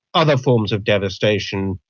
other forms of devastation,